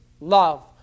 love